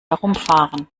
herumfahren